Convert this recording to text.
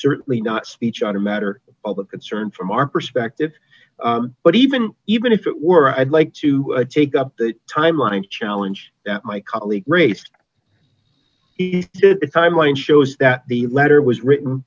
certainly not speech on a matter of concern from our perspective but even even if it were i'd like to take up the time line challenge that my colleague rates the timeline shows that the letter was written